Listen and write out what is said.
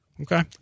Okay